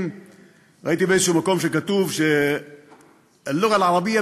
ראיתי באיזשהו מקום שכתוב (אומר דברים בשפה הערבית,